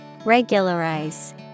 Regularize